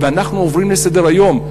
ואנחנו עוברים לסדר-היום.